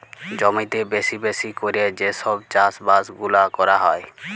জমিতে বেশি বেশি ক্যরে যে সব চাষ বাস গুলা ক্যরা হ্যয়